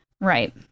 Right